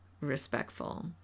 respectful